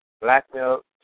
blackmail